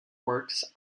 works